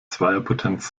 zweierpotenz